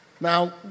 Now